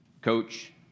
Coach